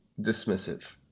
dismissive